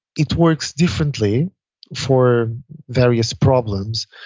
it works differently for various problems.